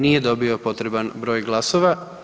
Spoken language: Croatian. Nije dobio potreban broj glasova.